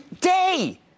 day